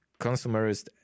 consumerist